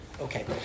Okay